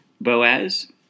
Boaz